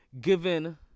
given